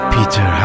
Peter